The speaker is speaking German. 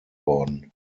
worden